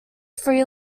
free